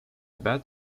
bat